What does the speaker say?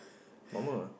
normal